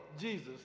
Jesus